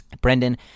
Brendan